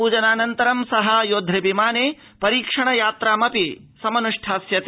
पूजनाऽनन्तरं सः योद्ध विमाने परीक्षण यात्रामपि समाचरिष्यति